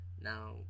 Now